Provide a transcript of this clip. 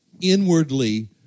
inwardly